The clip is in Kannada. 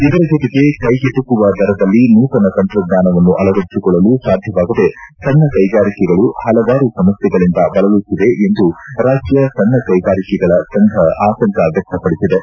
ಇದರ ಜೊತೆಗೆ ಕೈಗೆಟಕುವ ದರದಲ್ಲಿ ನೂತನ ತಂತ್ರಜ್ಞಾನವನ್ನು ಅಳವಡಿಸಿಕೊಳ್ಳಲು ಸಾಧ್ಯವಾಗದೆ ಸಣ್ಣ ಕೈಗಾರಿಕೆಗಳು ಹಲವಾರು ಸಮಸ್ಯೆಗಳಿಂದ ಬಳಲುತ್ತಿವೆ ಎಂದು ರಾಜ್ಣ ಸಣ್ಣ ಕೈಗಾರಿಕೆಗಳ ಸಂಘ ಆತಂಕ ವ್ಯಕ್ತಪಡಿಸಿವೆ